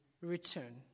return